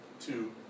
two